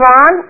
on